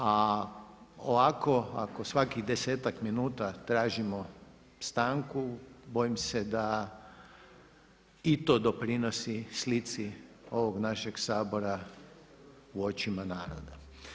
A ovako ako svakih 10-ak minuta tražimo stanku bojim se da i to doprinosi slici ovog našeg Sabora u očima naroda.